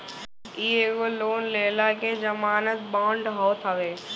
इ एगो लोन लेहला के जमानत बांड होत हवे